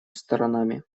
сторонами